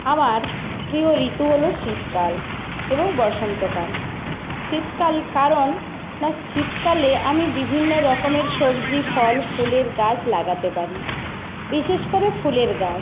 আমার প্রিয় ঋতু হলো শীতকাল এবং বসন্তকাল শীতকাল কারণ না শীতকালে আমি বিভিন্ন রকমের সবজি ফল ফুলের গাছ লাগাতে পারি বিশেষ করে ফুলের গাছ